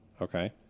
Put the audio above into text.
Okay